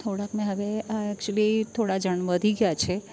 થોડાંક મેં હવે એકચૂલી થોડાં જણ વધી ગયા છે